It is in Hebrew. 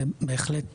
זה בהחלט